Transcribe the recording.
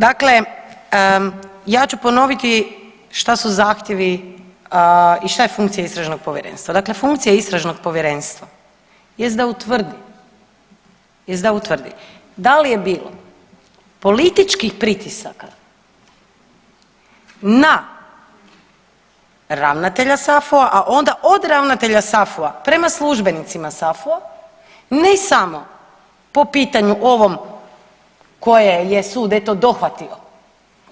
Dakle, ja ću ponoviti šta su zahtjevi i šta je funkcija Istražnog povjerenstva, dakle funkcija Istražnog povjerenstva jest da utvrdi da li je bilo političkih pritisaka na ravnatelja SAFU-a, a onda od ravnatelja SAFU-a prema službenicima SAFU-a ne samo po pitanju ovom koje je sud eto dohvatio